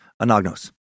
Anagnos